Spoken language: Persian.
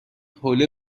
حوله